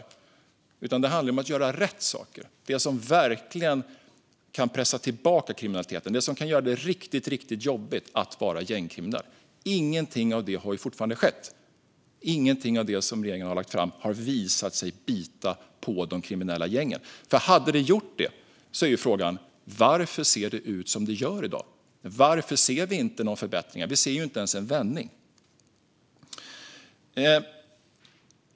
Det handlar i stället om att göra rätt saker - det som verkligen kan pressa tillbaka kriminaliteten och göra det riktigt, riktigt jobbigt att vara gängkriminell. Ingenting av det har ju skett. Ingenting av det regeringen har lagt fram har visat sig bita på de kriminella gängen. Hade det gjort det är ju frågan varför det ser ut som det gör i dag. Varför ser vi inga förbättringar? Vi ser vi ju inte ens en vändning.